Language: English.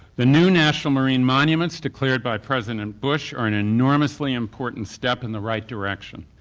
the new national marine monuments declared by president bush are an enormously important step in the right direction,